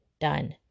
done